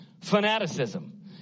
fanaticism